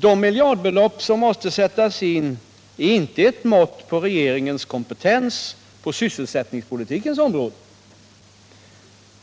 De miljardbelopp som nu måste sättas in är inte ett mått på regeringens för att främja sysselsättningen kompetens på sysselsättningspolitikens område